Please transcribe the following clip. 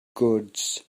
goods